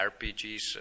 RPGs